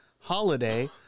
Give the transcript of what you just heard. holiday